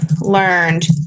learned